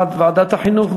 בעד ועדת החינוך,